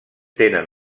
tenen